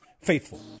faithful